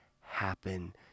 happen